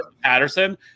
Patterson